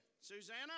Susanna